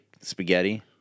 spaghetti